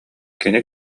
кини